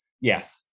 yes